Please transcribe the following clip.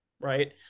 right